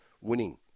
winning